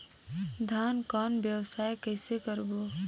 धान कौन व्यवसाय कइसे करबो?